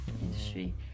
industry